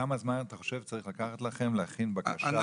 כמה זמן אתה חושב צריך לקחת לכם להכין בקשה מסודרת?